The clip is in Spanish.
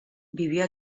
vivió